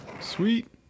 Sweet